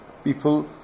People